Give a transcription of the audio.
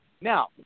now